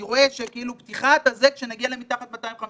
אני רואה במצגת משרד הבריאות: פתיחה כשנגיע מתחת ל-250.